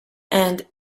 and